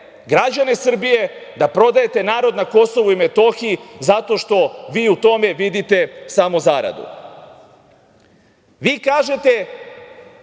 građane Srbije, da prodajete narod na Kosovu i Metohiji zato što vi u tome vidite samo zaradu. Vi kažete